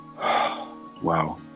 wow